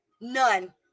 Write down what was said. None